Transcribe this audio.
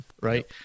right